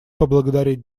поблагодарить